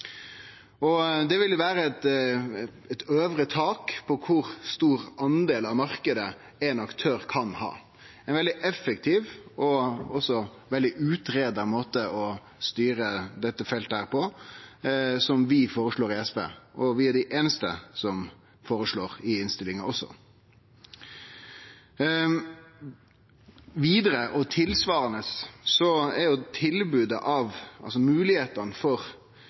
Det ville vere eit øvre tak på kor stor del av marknaden ein aktør kan ha, ein veldig effektiv og også veldig utgreidd måte å styre dette feltet på, som vi i SV foreslår, og vi er dei einaste som foreslår det i innstillinga også. Vidare og tilsvarande er